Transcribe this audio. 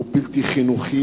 הוא בלתי חינוכי,